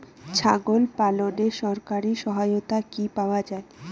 ছাগল পালনে সরকারি সহায়তা কি পাওয়া যায়?